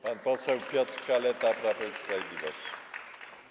Pan poseł Piotr Kaleta, Prawo i Sprawiedliwość.